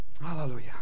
hallelujah